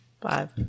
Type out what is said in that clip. Five